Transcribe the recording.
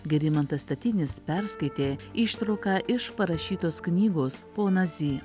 gerimantas statinis perskaitė ištrauką iš parašytos knygos ponas zy